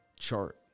chart